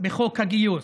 בחוק הגיוס.